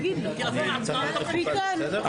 ב-10:32.